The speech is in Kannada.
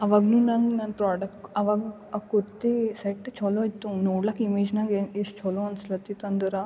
ಅವಾಗ್ನೂ ನಂಗೆ ನನ್ನ ಪ್ರಾಡಕ್ಟ್ ಅವಾಗ ಆ ಕುರ್ತಿ ಸೆಟ್ ಚಲೋ ಇತ್ತು ನೋಡ್ಲಕ್ಕೆ ಇಮೇಜ್ನಾಗೆ ಎಷ್ಟು ಚಲೋ ಅನಿಸ್ಲತ್ತಿತ್ತು ಅಂದ್ರೆ